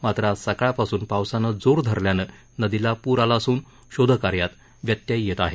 मात्र आज सकाळपासून पावसानं जोर धरल्यानं नदीला पूर आला असून शोधकार्यात व्यत्यय येत आहे